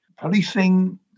policing